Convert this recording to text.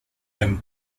him